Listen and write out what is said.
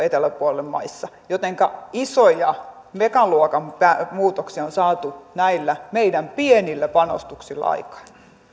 eteläpuolen maissa jotenka isoja megaluokan muutoksia on saatu näillä meidän pienillä panostuksillamme aikaan